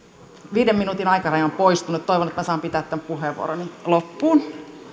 viiden minuutin aikaraja on poistunut toivon että minä saan pitää tämän puheenvuoroni loppuun